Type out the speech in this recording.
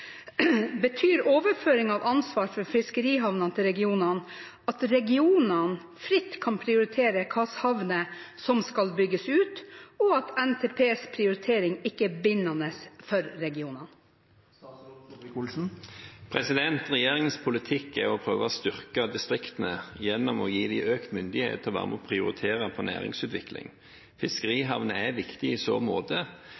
Betyr overføringen av ansvaret for fiskerihavnene til regionene at regionene fritt kan prioritere hvilke havner som skal bygges ut, og at NTPs prioriteringer ikke er bindende for regionene?» Regjeringens politikk er å prøve å styrke distriktene gjennom å gi dem økt myndighet og være med på å prioritere innenfor næringsutvikling.